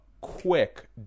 quick